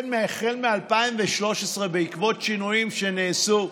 החל מ-2013, בעקבות שינויים שנעשו,